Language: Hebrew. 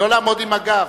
לא לעמוד עם הגב.